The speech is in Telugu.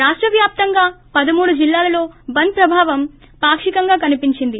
రాష్ట వ్యాప్తంగా పదమూడు జిల్లాలలో బంద్ ప్రభావం పాక్షికంగా కనిపించింది